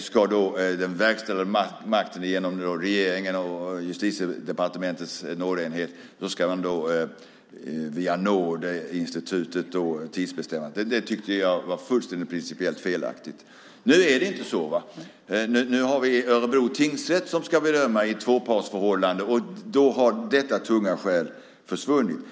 skulle den verkställande makten genom regeringen och Justitiedepartementets nådeenhet via nådeinstitutet tidsbestämma straffet. Det tyckte jag var principiellt helt felaktigt. Nu är det inte så. Nu är det Örebro tingsrätt som ska bedöma detta i ett tvåpartsförfarande. Och då har detta tunga skäl försvunnit.